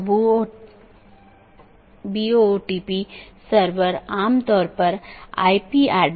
एक AS traffic की निश्चित श्रेणी के लिए एक विशेष AS पाथ का उपयोग करने के लिए ट्रैफिक को अनुकूलित कर सकता है